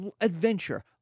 adventure